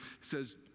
says